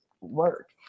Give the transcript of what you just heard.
work